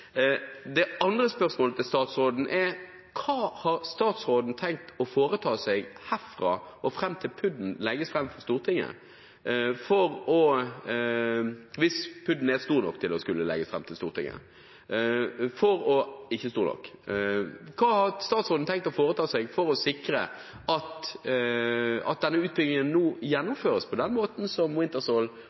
Det andre spørsmålet til statsråden er: Hva har statsråden tenkt å foreta seg fra nå og fram til PUD-en legges fram for Stortinget – hvis PUD-en er stor nok til å skulle legges fram for Stortinget – for å sikre at denne utbyggingen nå gjennomføres på den måten Wintershall foreslår, ved en kraftforsyning fra Gjøa, og sikre at vi dermed ikke får noen økte utslipp fra oljeproduksjonen på